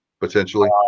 potentially